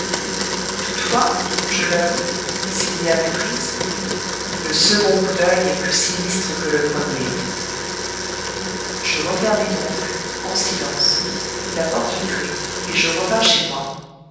toutefois je l'avoue s'il y a méprise le second coup d'œil est plus sinistre que le premier je refermai donc en silence la porte vitrée et je revins chez moi